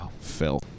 Phil